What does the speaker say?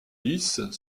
lisse